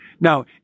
Now